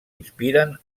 inspiren